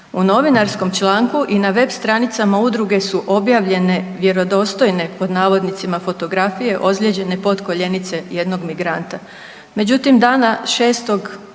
U novinarskom članku i na web stranicama udruge su objavljene vjerodostojne pod navodnicima fotografije ozlijeđene potkoljenice jednog migranta.